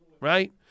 right